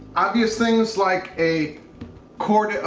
obvious things like a cord,